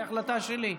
זו החלטה שלי.